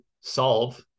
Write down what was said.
solve